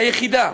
היחידה,